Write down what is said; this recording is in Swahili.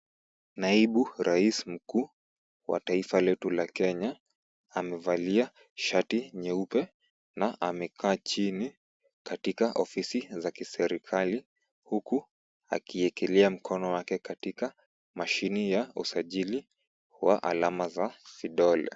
Naibu rais mkuu wa taifa letu la Kenya, amevalia shati nyeupe na amekaa chini katika ofisi za kiserikali huku akiekelea mkono wake katika mashini ya usajili wa alama za vidole.